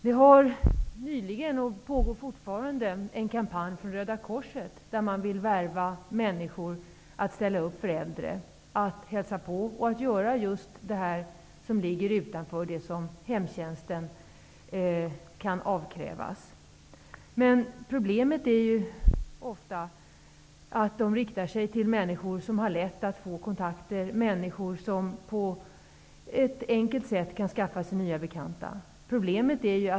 Det pågår en kampanj från Röda korset där man vill värva människor att ställa upp för äldre, att hälsa på och göra just detta som ligger utanför det som hemtjänsten kan avkrävas. Men problemet är ofta att den riktar sig till människor som har lätt att få kontakter, som på ett enkelt sätt kan skaffa sig nya bekanta.